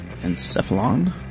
Encephalon